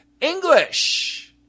English